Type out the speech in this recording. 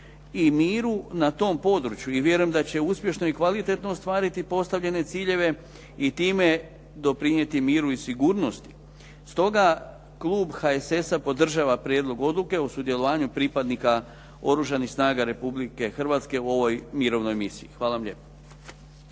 i miru na tom području i vjerujem da će uspješno i kvalitetno ostvariti postavljene ciljeve i time doprinijeti miru i sigurnosti. Stoga, klub HSS-a podržava prijedlog odluke o sudjelovanju pripadnika Oružanih snaga Republike Hrvatske u ovoj mirovnoj misiji. Hvala vam lijepa.